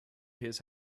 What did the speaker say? his